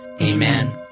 Amen